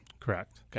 Correct